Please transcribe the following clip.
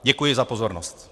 Děkuji za pozornost.